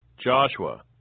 Joshua